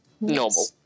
Normal